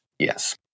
Yes